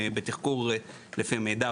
בתחקור לפי מידע,